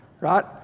Right